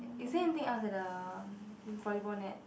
is there anything else at the volleyball net